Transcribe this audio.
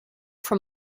from